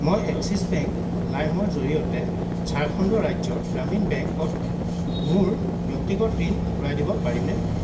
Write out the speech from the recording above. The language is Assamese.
মই এক্সিছ বেংক লাইমৰ জৰিয়তে ঝাৰখণ্ড ৰাজ্য গ্ৰামীণ বেংকত মোৰ ব্যক্তিগত ঋণ ঘূৰাই দিব পাৰিনে